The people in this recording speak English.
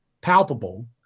palpable